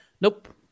Nope